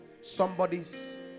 somebody's